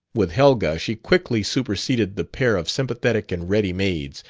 with helga she quickly superseded the pair of sympathetic and ready maids,